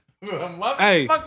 Hey